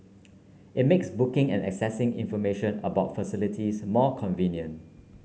it makes booking and accessing information about facilities more convenient